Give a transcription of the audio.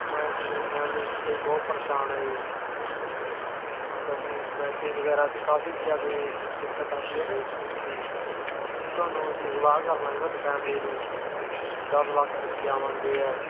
ਮੈਂ ਅਤੇ ਮੇਰੀ ਫੈਮਲੀ ਅਸੀਂ ਤਾਂ ਜੀ ਬਹੁਤ ਪਰੇਸ਼ਾਨ ਹਾਂ ਜੀ ਅਤੇ ਸਾਨੂੰ ਮੈਸੇਜ ਵਗੈਰਾ 'ਚ ਕਾਫੀ ਜ਼ਿਆਦਾ ਦਿੱਕਤ ਆਉਂਦੀ ਹੈ ਨਾ ਜੀ ਵੀ ਤੁਹਾਨੂੰ ਅਸੀਂ ਅਗਵਾਹ ਕਰਨ ਲਵਾਂਗੇ ਤੁਹਾਡੀ ਫੈਮਲੀ ਨੂੰ ਅਤੇ ਦਸ ਲੱਖ ਰੁਪਈਆ ਮੰਗਦੇ ਹੈ